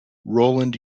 roland